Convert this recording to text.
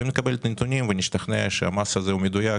אם נקבל את הנתונים ונשתכנע שהמס הזה הוא מדויק,